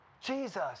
Jesus